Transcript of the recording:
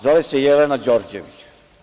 Zove se Jelena Đorđević.